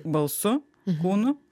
balsu kūnu